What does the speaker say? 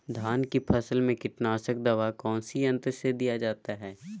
धान की फसल में कीटनाशक दवा कौन सी यंत्र से दिया जाता है?